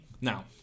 Now